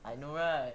I know right